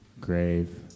grave